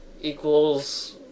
equals